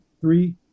Three